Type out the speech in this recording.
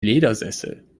ledersessel